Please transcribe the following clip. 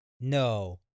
No